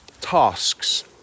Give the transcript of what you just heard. tasks